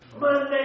Monday